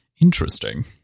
Interesting